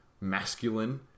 masculine